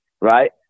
right